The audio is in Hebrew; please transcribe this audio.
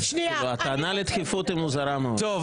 הטענה לדחיפות היא מוזרה מאוד --- טוב.